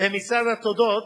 במצעד התודות,